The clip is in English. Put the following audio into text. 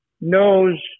knows